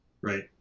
Right